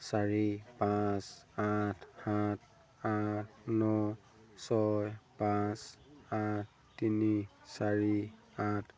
চাৰি পাঁচ আঠ সাত আঠ ন ছয় পাঁচ আঠ তিনি চাৰি আঠ